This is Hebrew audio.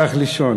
הלך לישון.